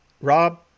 Rob